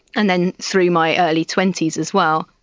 and then through my early twenty s as well.